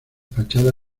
fachada